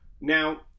Now